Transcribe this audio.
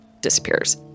disappears